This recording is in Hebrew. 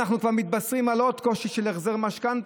והינה אנחנו כבר מתבשרים על עוד קושי של החזר משכנתה,